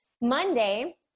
monday